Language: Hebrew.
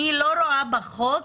אני לא רואה בחוק